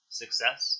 success